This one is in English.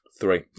Three